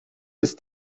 ist